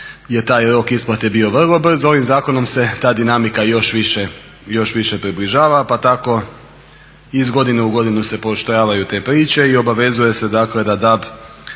je taj rok isplate bio vrlo brz. Ovim zakonom se ta dinamika još više, još više približava. Pa tako i iz godine u godinu se pooštravaju te priče i obavezuje se dakle da DAB